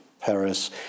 Paris